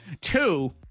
Two